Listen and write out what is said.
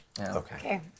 Okay